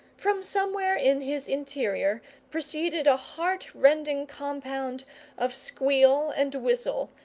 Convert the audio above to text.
from somewhere in his interior proceeded a heart rending compound of squeal and whistle,